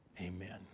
Amen